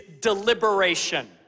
deliberation